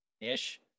ish